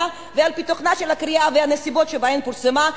ועל-פי תוכנה של הקריאה והנסיבות שבהן פורסמה,